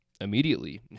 immediately